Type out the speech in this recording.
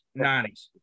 90s